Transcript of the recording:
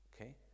Okay